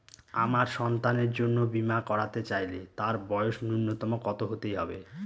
আমার সন্তানের জন্য বীমা করাতে চাইলে তার বয়স ন্যুনতম কত হতেই হবে?